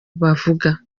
bavuga